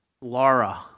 Laura